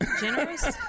Generous